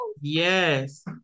yes